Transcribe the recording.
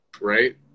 Right